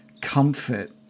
comfort